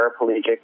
paraplegic